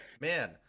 Man